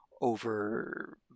over